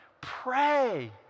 pray